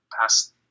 past